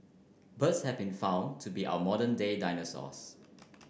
birds have been found to be our modern day dinosaurs